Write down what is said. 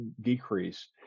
decrease